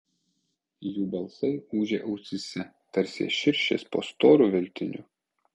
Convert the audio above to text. jų balsai ūžė ausyse tarsi širšės po storu veltiniu